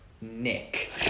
Nick